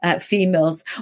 females